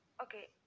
okay